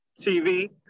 TV